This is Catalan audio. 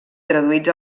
traduïts